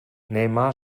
neymar